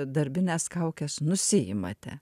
darbines kaukes nusiimate